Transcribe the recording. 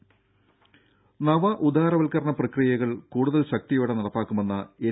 ദര നവ ഉദാരവത്കരണ പ്രക്രിയകൾ കൂടുതൽ ശക്തിയോടെ നടപ്പാക്കുമെന്ന എൻ